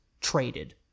traded